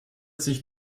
sich